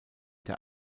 der